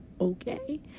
Okay